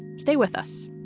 stay with us